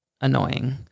annoying